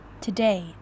today